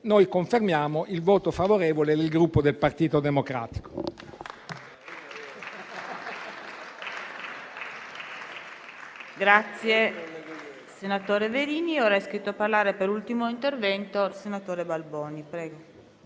confermiamo il voto favorevole del Gruppo Partito Democratico.